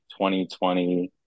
2020